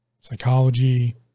psychology